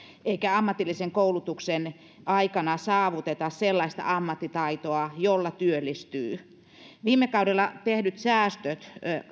eikä ammatillisen koulutuksen aikana saavuteta sellaista ammattitaitoa jolla työllistyy viime kaudella tehdyt säästöt